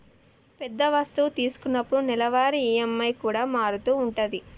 పెద్ద వస్తువు తీసుకున్నప్పుడు నెలవారీ ఈ.ఎం.ఐ కూడా మారుతూ ఉంటది